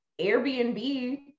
Airbnb